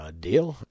deal